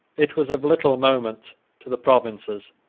it was of little moment to the provinces,